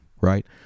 Right